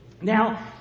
Now